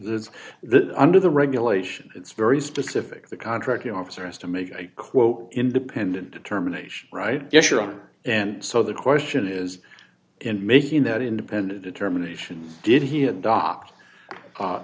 the under the regulations it's very specific the contract the officer has to make a quote independent determination right yes your honor and so the question is in making that independent determination did he adopt